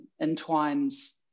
entwines